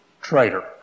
traitor